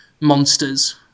monsters